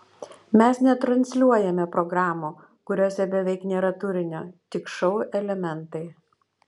mes netransliuojame programų kuriose beveik nėra turinio tik šou elementai